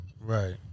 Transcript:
Right